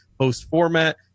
post-format